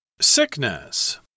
sickness